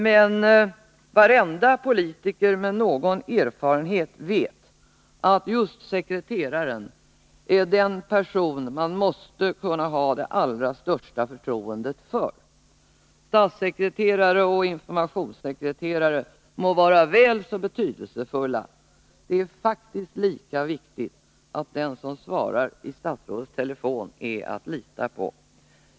Men varje politiker med någon erfarenhet vet att just sekreteraren är den person man måste kunna ha det allra största förtroendet för. Statssekreterare och informationssekreterare må vara väl så betydelsefulla; det är faktiskt lika viktigt att den som svarar i statsrådets telefon är att lita på.